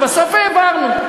בסוף העברנו,